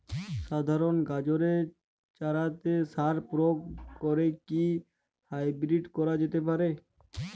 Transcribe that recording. সাধারণ গাজরের চারাতে সার প্রয়োগ করে কি হাইব্রীড করা যেতে পারে?